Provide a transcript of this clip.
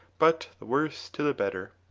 but the worse to the better.